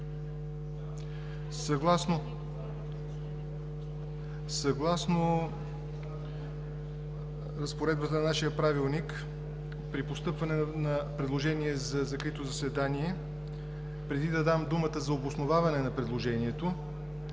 Съгласно разпоредбата на нашия Правилник при постъпване на предложение за закрито заседание, преди да дам думата за обосноваване на предложението,